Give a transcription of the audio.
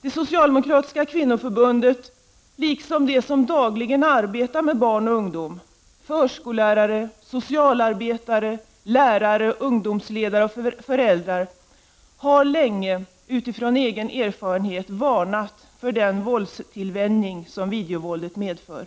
Det socialdemokratiska kvinnoförbundet, liksom de som dagligen arbetar med barn och ungdom — förskollärare, socialarbetare, lärare, ungdomsledare och föräldrar — har länge utifrån egen erfarenhet varnat för den våldstillvänjning som videovåldet medför.